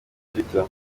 twitter